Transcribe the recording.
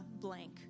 blank